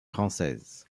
française